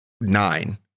nine